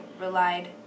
relied